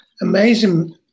amazing